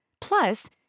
Plus